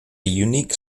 unique